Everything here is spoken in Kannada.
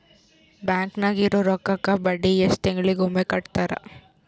ಬ್ಯಾಂಕ್ ನಾಗಿರೋ ರೊಕ್ಕಕ್ಕ ಬಡ್ಡಿ ಎಷ್ಟು ತಿಂಗಳಿಗೊಮ್ಮೆ ಕೊಡ್ತಾರ?